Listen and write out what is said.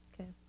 Okay